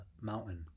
mountain